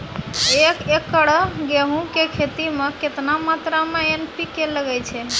एक एकरऽ गेहूँ के खेती मे केतना मात्रा मे एन.पी.के लगे छै?